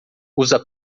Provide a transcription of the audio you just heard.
usa